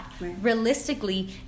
Realistically